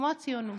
כמו הציונות.